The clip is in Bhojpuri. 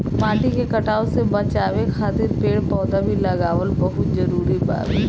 माटी के कटाव से बाचावे खातिर पेड़ पौधा भी लगावल बहुत जरुरी बावे